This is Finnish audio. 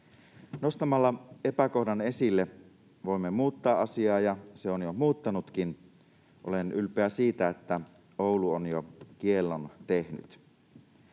Nostamalla epäkohdan esille voimme muuttaa asiaa, ja se on jo muuttunutkin. Olen ylpeä siitä, että Oulu on jo kiellon tehnyt.